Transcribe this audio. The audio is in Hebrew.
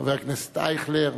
חבר הכנסת אייכלר,